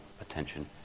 attention